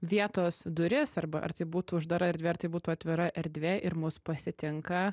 vietos duris arba ar tai būtų uždara erdvė ar tai būtų atvira erdvė ir mus pasitinka